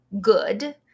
good